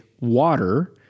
water